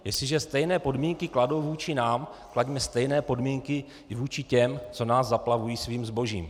Jestliže stejné podmínky kladou vůči nám, klaďme stejné podmínky vůči těm, co nás zaplavují svým zbožím.